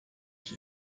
ich